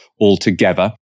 altogether